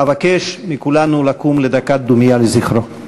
אבקש מכולנו לקום לדקת דומייה לזכרו.